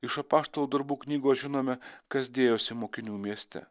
iš apaštalų darbų knygos žinome kas dėjosi mokinių mieste